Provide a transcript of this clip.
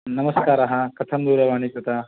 नस्कारः कथं दूरवाणी कृता